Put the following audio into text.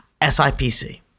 S-I-P-C